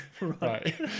Right